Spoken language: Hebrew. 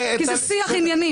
כי זה שיח ענייני.